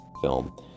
film